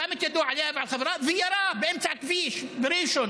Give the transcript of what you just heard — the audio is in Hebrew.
שם את ידו עליה ועל חברה וירה באמצע הכביש בראשון,